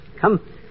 Come